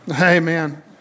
Amen